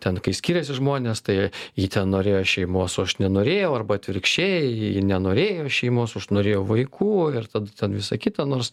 ten kai skiriasi žmonės tai ji tenorėjo šeimos o aš nenorėjau arba atvirkščiai ji nenorėjo šeimos o aš norėjau vaikų ir tada ten visa kita nors